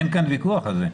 אין ויכוח על זה.